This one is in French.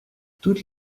toutes